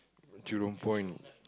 Jurong-Point